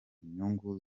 inyungu